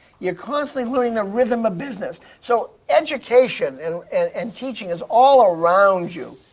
you're constantly learning the rhythm of business. so education and and teaching is all around you.